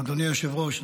אדוני היושב-ראש,